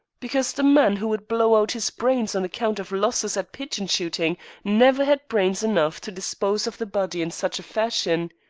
because the man who would blow out his brains on account of losses at pigeon-shooting never had brains enough to dispose of the body in such fashion.